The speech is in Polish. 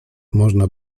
można